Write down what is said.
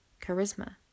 charisma